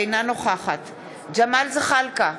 אינה נוכחת ג'מאל זחאלקה,